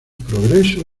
progreso